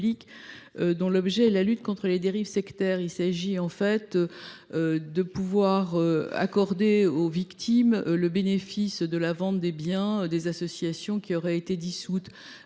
d’utilité publique luttant contre les dérives sectaires. Il s’agit de pouvoir accorder aux victimes le produit de la vente des biens des associations qui auraient été dissoutes.